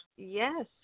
Yes